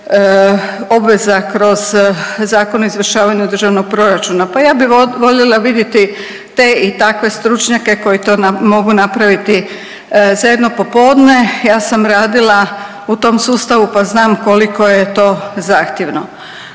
obveza kroz zakon o izvršavanju državnog proračuna. Pa ja bi voljela viditi te i takve stručnjake koji to mogu napraviti za jedno popodne. Ja sam radila u tom sustavu pa znam koliko je to zahtjevno,